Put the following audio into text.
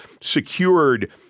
secured